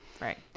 Right